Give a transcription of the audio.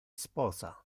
sposa